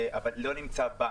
אבל לא נמצא בנק.